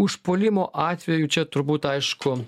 užpuolimo atveju čia turbūt aišku